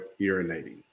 urinating